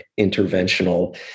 interventional